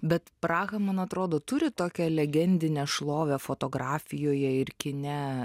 bet praha man atrodo turi tokią legendinę šlovę fotografijoje ir kine